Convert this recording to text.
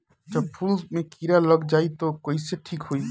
जब फूल मे किरा लग जाई त कइसे ठिक होई?